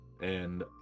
And-